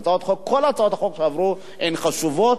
כל הצעות החוק שעברו הן חשובות,